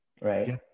Right